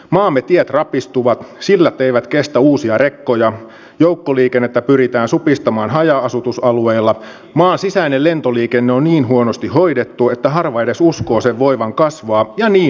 maamme tiet rapistuvat sillat eivät kestä uusia rekkoja joukkoliikennettä pyritään supistamaan haja asutusalueilla maan sisäinen lentoliikenne on niin huonosti hoidettu että harva edes uskoo sen voivan kasvaa ja niin edelleen